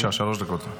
שלוש דקות.